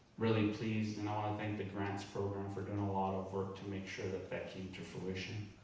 really pleased, and i wanna thank the grants program for doing a lot of work to make sure that that came to fruition.